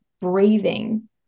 breathing